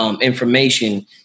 information